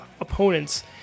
opponents